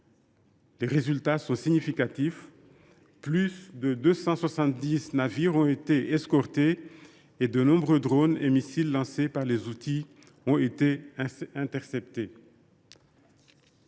ce titre sont significatifs : plus de 270 navires ont été escortés. De surcroît, de nombreux drones et missiles lancés par les Houthis ont été interceptés.